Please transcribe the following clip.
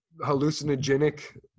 hallucinogenic